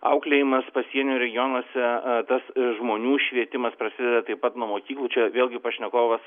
auklėjimas pasienio regionuose a tas žmonių švietimas prasideda taip pat nuo mokyklų čia vėlgi pašnekovas